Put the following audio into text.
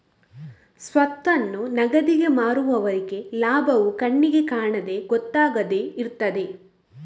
ಸ್ವತ್ತನ್ನು ನಗದಿಗೆ ಮಾರುವವರೆಗೆ ಲಾಭವು ಕಣ್ಣಿಗೆ ಕಾಣದೆ ಗೊತ್ತಾಗದೆ ಇರ್ತದೆ